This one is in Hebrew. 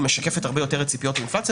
היא משקפת הרבה יותר את ציפיות האינפלציה,